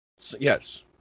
Yes